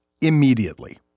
Immediately